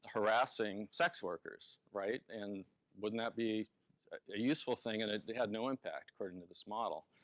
harassing sex workers, right? and wouldn't that be a useful thing? and it had no impact according to this model.